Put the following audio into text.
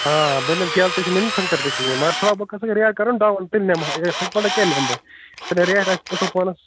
آ بہٕ نِمہٕ کیلہٕ تہِ چھِ نِنۍ سَنٛگتر تہِ چھِ نِنۍ مگرتھوڑا بہت گٔژھِ ریٹ کَرُن ڈاوُن تیٛلہِ نِمہٕ ہا ہٕٹہٕ مٕٹے کیٛاہ نِمہٕ بہٕ ییٛلہِ ریٹ آسہِ اصٕل پہمَت